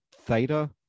theta